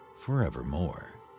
forevermore